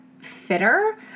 fitter